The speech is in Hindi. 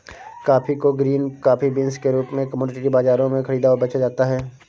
कॉफी को ग्रीन कॉफी बीन्स के रूप में कॉमोडिटी बाजारों में खरीदा और बेचा जाता है